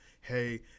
hey